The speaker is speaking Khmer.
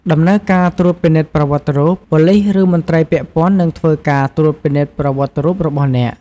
ដំណើរការត្រួតពិនិត្យប្រវត្តិរូប: ប៉ូលិស ឬមន្ត្រីពាក់ព័ន្ធនឹងធ្វើការត្រួតពិនិត្យប្រវត្តិរូបរបស់អ្នក។